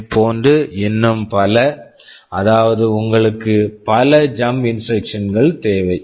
இதைப்போன்று இன்னும் பல அதாவது உங்களுக்கு பல ஜம்ப் jump இன்ஸ்ட்ரக்சன் instructions கள் தேவை